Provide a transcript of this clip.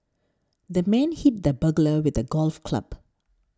the man hit the burglar with a golf club